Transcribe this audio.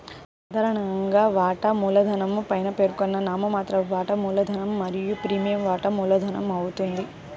సాధారణంగా, వాటా మూలధనం పైన పేర్కొన్న నామమాత్ర వాటా మూలధనం మరియు ప్రీమియం వాటా మూలధనమవుతుంది